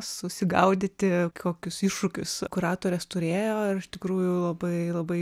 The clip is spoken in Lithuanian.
susigaudyti kokius iššūkius kuratorės turėjo ir iš tikrųjų labai labai